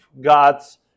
God's